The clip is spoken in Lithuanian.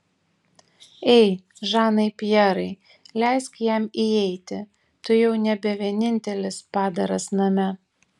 ei žanai pjerai leisk jam įeiti tu jau nebe vienintelis padaras name